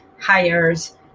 hires